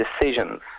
decisions